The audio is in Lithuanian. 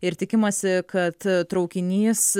ir tikimasi kad traukinys